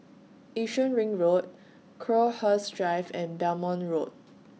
Yishun Ring Road Crowhurst Drive and Belmont Road